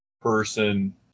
person